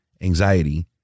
anxiety